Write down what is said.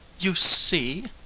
you see,